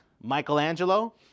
Michelangelo